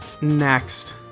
Next